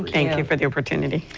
thank you for the opportunity.